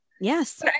yes